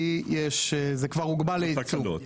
כי זה כבר הוגבל לייצוא?